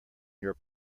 your